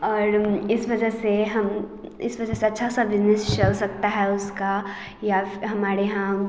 और इस वजह से हम इस वजह से अच्छा सा बिजनेस चल सकता है उसका या फ़ि हमारे यहाँ